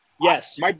Yes